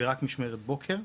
ורק במשמרת בוקר.